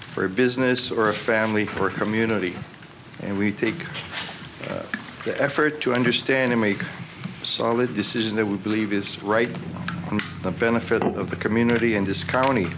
for a business or a family for a community and we take the effort to understand and make solid decision that we believe is right and the benefit of the community in this county